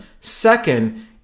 Second